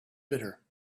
bitter